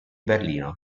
berlino